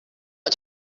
got